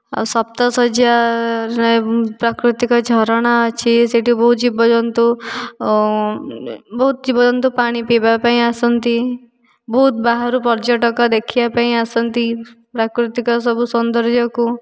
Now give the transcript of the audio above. ଆଉ ସପ୍ତଶଯ୍ୟା ରେ ପ୍ରାକୃତିକ ଝରଣା ଅଛି ସେଠି ବହୁତ ଜୀବଜନ୍ତୁ ବହୁତ ଜୀବଜନ୍ତୁ ପାଣି ପିଇବା ପାଇଁ ଆସନ୍ତି ବହୁତ ବାହାରୁ ପର୍ଯ୍ୟଟକ ଦେଖିବା ପାଇଁ ଆସନ୍ତି ପ୍ରାକୃତିକ ସବୁ ସୌଦର୍ଯ୍ୟ କୁ